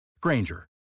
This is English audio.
Granger